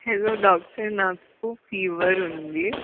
hello doctor నాకు fever ఉంది